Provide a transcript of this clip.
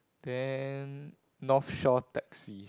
then North Shore taxi